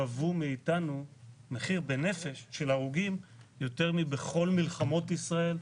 גבו מאתנו מחיר בנפש של הרוגים יותר מבכל מלחמות ישראל.